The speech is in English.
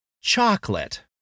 chocolate